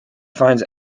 finds